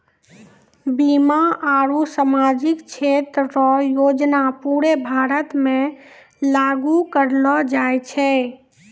बीमा आरू सामाजिक क्षेत्र रो योजना पूरे भारत मे लागू करलो जाय छै